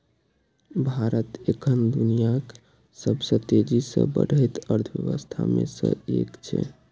भारत एखन दुनियाक सबसं तेजी सं बढ़ैत अर्थव्यवस्था मे सं एक छै